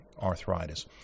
arthritis